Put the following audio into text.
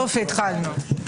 יחד עם זאת,